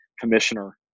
commissioner